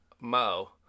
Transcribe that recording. Mo